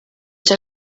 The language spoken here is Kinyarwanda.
cya